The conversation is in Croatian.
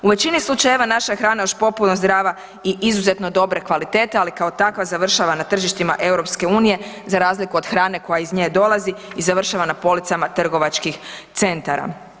U većini slučajeva naša je hrana još potpuno zdrava i izuzetno dobre kvalitete i kao takva završava na tržištima EU-a za razliku od hrane koja iz nje dolazi i završava na policama trgovačkih centara.